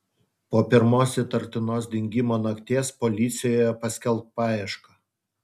po pirmos įtartinos dingimo nakties policijoje paskelbk paiešką